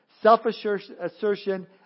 self-assertion